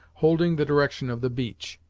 holding the direction of the beach.